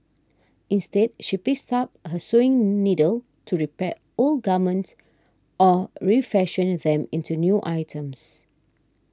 instead she picks up her sewing needle to repair old garments or refashion them into new items